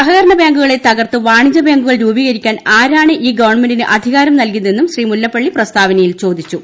സഹകരണ ബാങ്കുകളെ തകർത്ത് വാണിജൃ ബാങ്കുകൾ രൂപീകരിക്കാൻ ആരാണ് ഈ ഗവൺമെന്റിന് അധികാരം നൽകിയതെന്ന് ശ്രീ മുല്ലപ്പള്ളി പ്രസ്താവനയിൽ ചോദിച്ചു